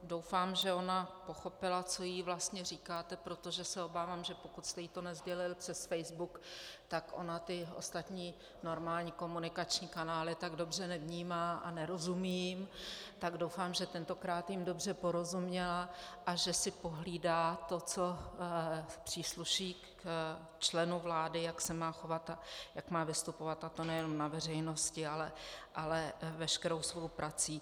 Doufám, že ona pochopila, co jí vlastně říkáte, protože se obávám, že pokud jste jí to nesdělil přes facebook, tak ona ostatní normální komunikační kanály tak dobře nevnímá a nerozumí jim, tak doufám, že tentokrát jim dobře porozuměla a že si pohlídá to, co přísluší členu vlády, jak se má chovat a jak má vystupovat, a to nejen na veřejnosti, ale veškerou svou prací.